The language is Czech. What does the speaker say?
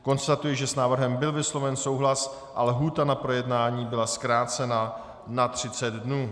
Konstatuji, že s návrhem byl vysloven souhlas a lhůta na projednání byla zkrácena na 30 dnů.